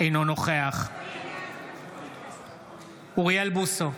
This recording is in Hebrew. אינו נוכח אוריאל בוסו,